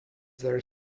there